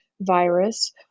virus